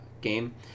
game